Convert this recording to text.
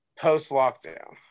post-lockdown